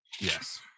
Yes